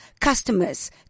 customers